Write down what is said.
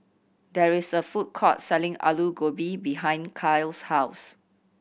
there is a food court selling Alu Gobi behind Kyle's house